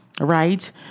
right